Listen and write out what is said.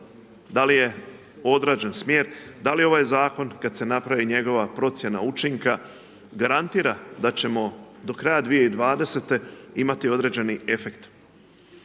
da li je odrađen smjer, da li ovaj zakon kada se napravi njegova procjena učinka garantira da ćemo do kraja 2020. imati određeni efekt.